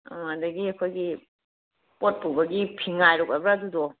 ꯑꯪ ꯑꯗꯒꯤ ꯑꯩꯈꯣꯏꯒꯤ ꯄꯣꯠ ꯄꯨꯕꯒꯤ ꯐꯤꯉꯥꯏꯔꯨꯛ ꯍꯥꯏꯕ꯭ꯔ ꯑꯗꯨꯗꯣ